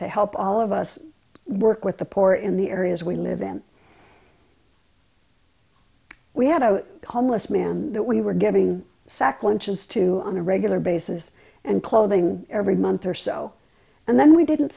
to help all of us work with the poor in the areas we live in we had a homeless man that we were giving sack lunches to on a regular basis and clothing every month or so and then we didn't